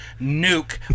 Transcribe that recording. nuke